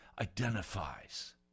identifies